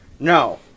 No